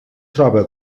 troba